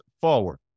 forward